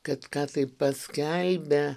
kad ką tai paskelbė